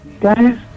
guys